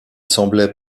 semblait